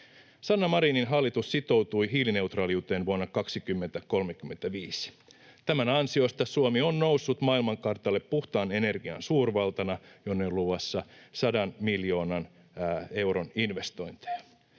Sanna Marinin hallitus sitoutui hiilineutraaliuteen vuonna 2035. Tämän ansiosta Suomi on noussut maailmankartalle puhtaan energian suurvaltana, jonne on luvassa sadan miljoonan euron investointeja.